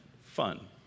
fun